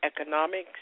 economics